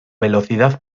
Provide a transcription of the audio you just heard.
velocidad